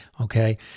okay